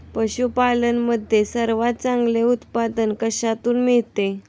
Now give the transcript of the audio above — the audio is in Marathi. पशूपालन मध्ये सर्वात चांगले उत्पादन कशातून मिळते?